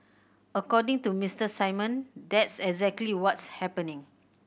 according to Mister Simon that's exactly what's happening